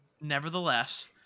Nevertheless